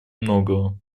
многого